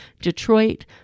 Detroit